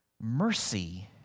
Mercy